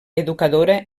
educadora